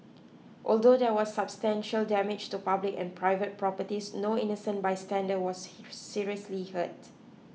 although there was substantial damage to public and private properties no innocent bystander was seriously hurt